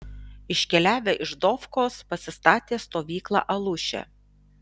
iškeliavę iš dofkos pasistatė stovyklą aluše